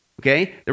Okay